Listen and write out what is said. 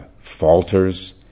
falters